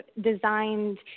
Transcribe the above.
designed